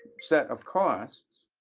set of costs,